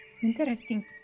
Interesting